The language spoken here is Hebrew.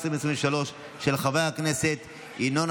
אם כן,